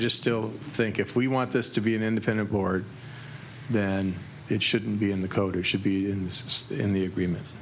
just still think if we want this to be an independent board then it shouldn't be in the code or should be in this in the agreement